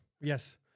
Yes